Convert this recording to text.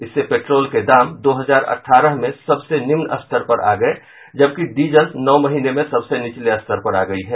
इससे पेट्रोल के दाम दो हजार अठारह में सबसे निम्न स्तर पर आ गये जबकि डीजल नौ महीने में सबसे नीचले स्तर पर आ गयी है